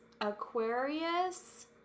Aquarius